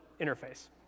interface